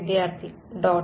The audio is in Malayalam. വിദ്യാർത്ഥി ഡോട്ട്